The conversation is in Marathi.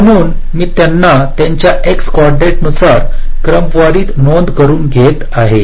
म्हणून मी त्यांना त्यांच्या एक्स कॉर्डिनेट्स नुसार क्रमवारीत नोंद करून घेत आहे